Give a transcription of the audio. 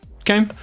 Okay